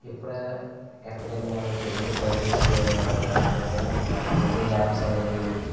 ఎప్పుడై ఎక్కడికైనా మనం తెలియని ప్రదేశాలకి ఏదైనా వెళ్ళాలనుకుంటే కూడా మనం గూగుల్ మ్యాప్స్ అనేది